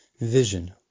vision